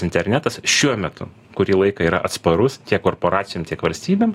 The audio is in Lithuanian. internetas šiuo metu kurį laiką yra atsparus tiek korporacijom tiek valstybėm